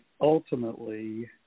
ultimately